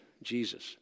Jesus